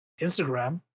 Instagram